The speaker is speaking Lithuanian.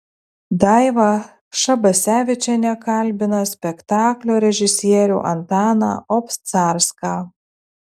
daiva šabasevičienė kalbina spektaklio režisierių antaną obcarską